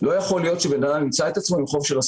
הראשונה שמתנגדת לפרסום צו באופן כזה שהוא נכנס לתוקף לפני שהוא